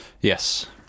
Yes